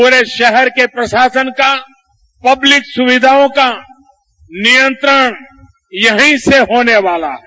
पूरे शहर के प्रशासन का पब्लिक सुविधाओं का नियंत्रण यहीं से होने वाला है